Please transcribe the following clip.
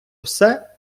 все